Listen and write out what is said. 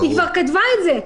היא כבר כתבה את זה.